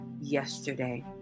yesterday